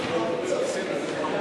התשע"ד 2013, נתקבל.